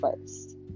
first